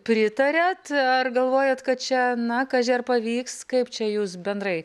pritariat ar galvojat kad čia na kaži ar pavyks kaip čia jūs bendrai